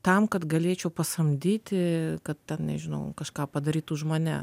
tam kad galėčiau pasamdyti kad ten nežinau kažką padarytų už mane